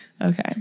Okay